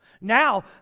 Now